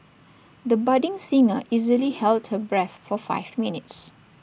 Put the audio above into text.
the budding singer easily held her breath for five minutes